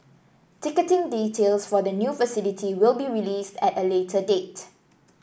ticketing details for the new facility will be released at a later date